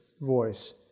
voice